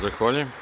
Zahvaljujem.